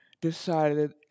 decided